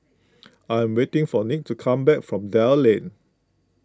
I am waiting for Nick to come back from Dell Lane